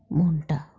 মনটা